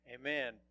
Amen